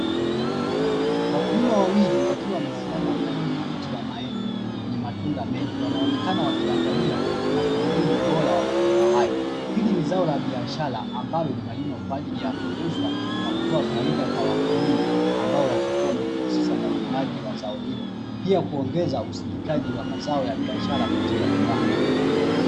Wakulima wawili wakiwa wamesimama karibu na mti wa maembe wenye matunda mengi wanaonekana wakiangalia na kujadili ubora wa matunda hayo hivi ni zao la biashara, ambalo linalimwa kwa ajili ya kuuzwa na kutoa faida kwa wakulima ambao watakuwa wamejihusisha na ulimaji wa zao hilo pia kuongeza usindikaji wa mazao ya biashara katika viwanda.